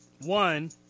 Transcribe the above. One